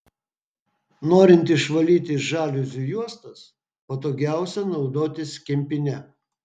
norint išvalyti žaliuzių juostas patogiausia naudotis kempine